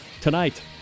tonight